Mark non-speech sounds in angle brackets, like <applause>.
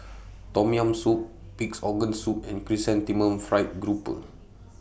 <noise> Tom Yam Soup Pig'S Organ Soup and Chrysanthemum Fried Grouper